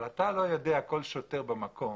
אבל אתה לא יודע כל שוטר במקום,